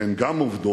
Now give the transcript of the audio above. והן גם עובדות,